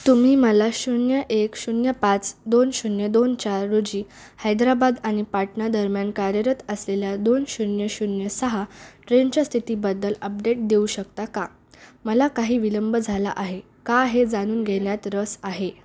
तुम्ही मला शून्य एक शून्य पाच दोन शून्य दोन चार रोजी हैद्राबाद आणि पाटणा दरम्यान कार्यरत असलेल्या दोन शून्य शून्य सहा ट्रेनच्या स्थितीबद्दल अपडेट देऊ शकता का मला काही विलंब झाला आहे का हे जाणून घेण्यात रस आहे